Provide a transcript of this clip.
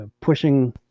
pushing